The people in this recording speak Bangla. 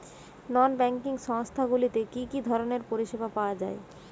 নন ব্যাঙ্কিং সংস্থা গুলিতে কি কি ধরনের পরিসেবা পাওয়া য়ায়?